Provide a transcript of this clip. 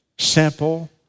Simple